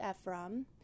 Ephraim